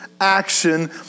action